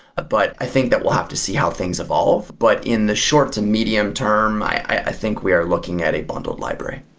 but i think that we'll have to see how things evolve. but in the short and medium term, i i think we are looking at a bundled library.